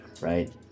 right